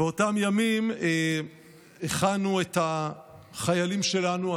באותם ימים הכנו את החיילים שלנו,